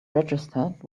registered